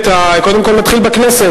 קודם כול נתחיל בכנסת,